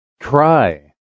Cry